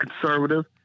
conservative